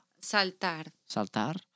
Saltar